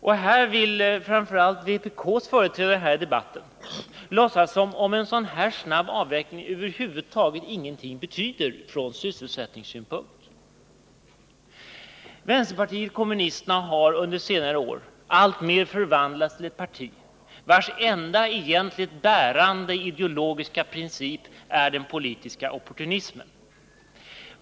På den punkten vill framför allt vpk:s företrädare i debatten låtsas som om en så snabb avveckling som linje 3 förespråkar över huvud taget ingenting betyder ur sysselsättningssynpunkt. Vänsterpartiet kommunisterna har under senare år alltmer förvandlats till ett parti, vars enda egentliga bärande ideologiska princip är den politiska opportunismen.